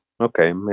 okay